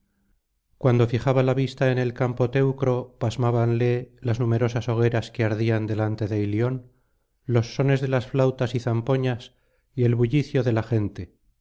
cuando fijaba la vista en el campo teucro pasmábanle las numerosas hogueras que ardían delante de ilion los sones de las flautas y zamponas y el bullicio de la gente